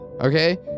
Okay